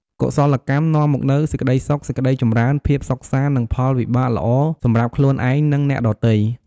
កុសលកម្មនាំមកនូវសេចក្តីសុខ សេចក្តីចម្រើន ភាពសុខសាន្ត និងផលវិបាកល្អសម្រាប់ខ្លួនឯង និងអ្នកដទៃ។